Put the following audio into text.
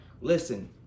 Listen